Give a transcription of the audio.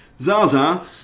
Zaza